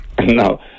No